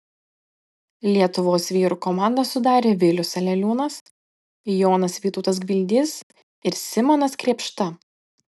lietuvos vyrų komandą sudarė vilius aleliūnas jonas vytautas gvildys ir simonas krėpšta